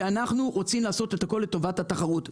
כי אנחנו רוצים לעשות הכול לטובת התחרות,